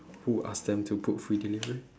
who ask them to put free delivery